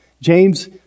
James